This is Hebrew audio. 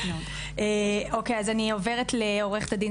אני עוברת לעורכת הדין